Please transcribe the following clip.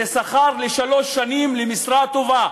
זה שכר לשלוש שנים למשרה טובה,